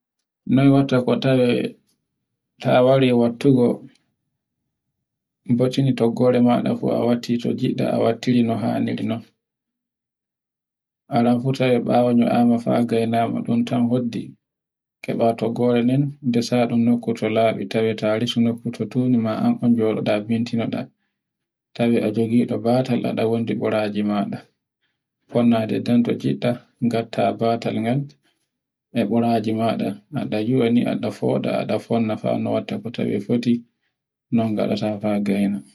noy watta ko tawe ta wari wattugo mboten toggore maɗa fu a watti to ngiɗɗa a wattiri no haniri non. Aran fu nyoaa bawo faa gaynama ɗun tan hoddi, keba toggore nden, ndesa ɗun tokku to labi tawe ta resu nokku tundi ma bitimoɗa.